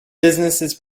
businesses